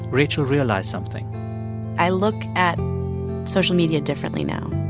rachel realized something i look at social media differently now.